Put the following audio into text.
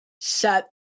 set